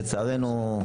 לצערנו,